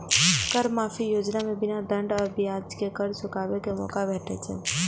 कर माफी योजना मे बिना दंड आ ब्याज के कर चुकाबै के मौका भेटै छै